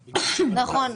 נכון,